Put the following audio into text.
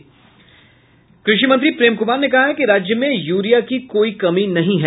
कृषि मंत्री प्रेम कुमार ने कहा है कि राज्य में यूरिया की कोई कमी नहीं है